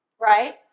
right